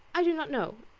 i do not know.